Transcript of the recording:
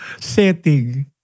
setting